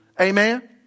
Amen